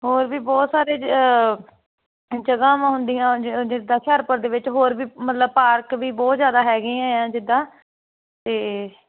ਹੋਰ ਵੀ ਬਹੁਤ ਸਾਰੇ ਜਗ੍ਹਾ ਹੁੰਦੀਆਂ ਜਿਦਾਂ ਹੁਸ਼ਿਆਰਪੁਰ ਦੇ ਵਿੱਚ ਹੋਰ ਵੀ ਮਤਲਬ ਪਾਰਕ ਵੀ ਬਹੁਤ ਜਿਆਦਾ ਹੈਗੀਆਂ ਜਿੱਦਾਂ ਤੇ